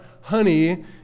honey